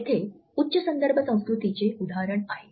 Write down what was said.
येथे उच्च संदर्भ संस्कृतीचे उदाहरण आहे